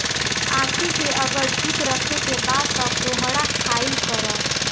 आंखी के अगर ठीक राखे के बा तअ कोहड़ा खाइल करअ